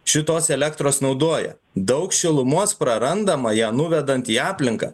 šitos elektros naudoja daug šilumos prarandama ją nuvedant į aplinką